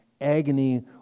agony